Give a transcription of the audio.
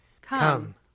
Come